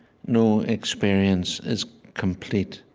no experience is complete,